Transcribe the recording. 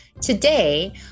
today